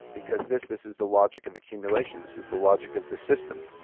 because this this is the logic of accumulation, this is the logic of the system.